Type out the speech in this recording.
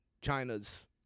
China's